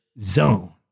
zone